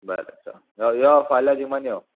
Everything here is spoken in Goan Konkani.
बरें चल यो यो फाल्यां जिमान यो